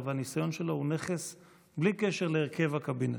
והניסיון שלו הם נכס בלי קשר להרכב הקבינט.